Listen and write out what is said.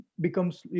becomes